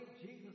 Jesus